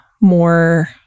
more